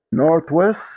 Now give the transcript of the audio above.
Northwest